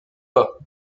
pas